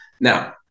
Now